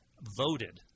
voted